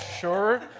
sure